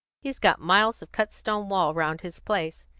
he's got miles of cut stone wall round his place,